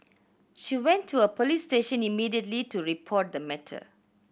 she went to a police station immediately to report the matter